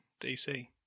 DC